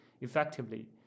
effectively